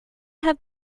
have